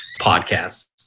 podcasts